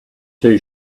two